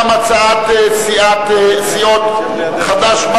גם הצעת קבוצות סיעות חד"ש,